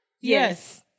Yes